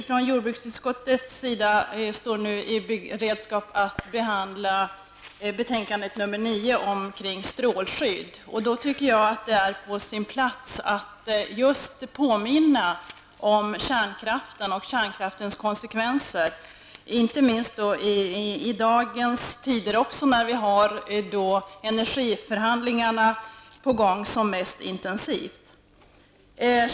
Fru talman! Vi står nu i begrepp att behandla jordbruksutskottets betänkande nr 9 om strålskydd. Jag tycker att det då är på sin plats att påminna om kärnkraftens konsekvenser, inte minst i dag när energiförhandlingar pågår som mest intensivt.